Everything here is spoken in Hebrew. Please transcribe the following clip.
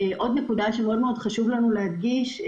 עוד נקודה שמאוד חשוב לנו להדגיש אותה,